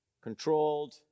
controlled